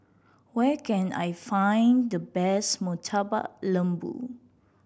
where can I find the best Murtabak Lembu